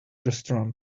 restaurant